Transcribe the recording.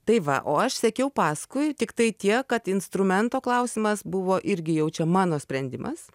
tai va o aš sekiau paskui tiktai tiek kad instrumento klausimas buvo irgi jau čia mano sprendimas